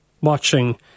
watching